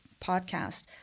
podcast